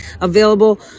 available